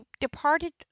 departed